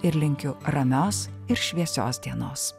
ir linkiu ramios ir šviesios dienos